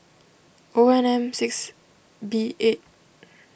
NM six B eight